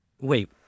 Wait